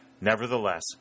Nevertheless